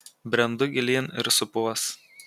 brendu gilyn ir supuos